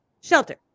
Shelter